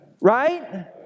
Right